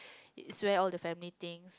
is always all the family thing